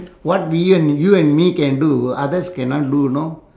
what we and you and me can do others cannot do know